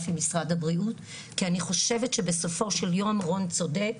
עם משרד הבריאות כי אני חושבת שבסופו של יום רון צודק,